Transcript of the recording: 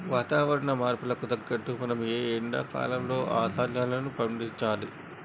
వాతవరణ మార్పుకు తగినట్లు మనం ఈ ఎండా కాలం లో ధ్యాన్యాలు పండించాలి